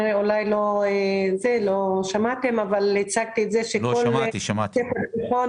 אולי לא שמעתם אבל אמרתי שכל בית ספר תיכון